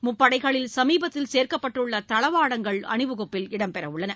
முப்படைகளில் சமீபத்தில் சேர்க்கப்பட்டுள்ள தளவாடங்கள் அணிவகுப்பில் இடம்பெறவுள்ளன